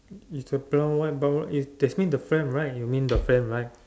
is the brown white brown right is that's mean the frame right you mean the frame right